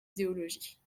idéologie